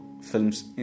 films